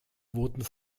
wurden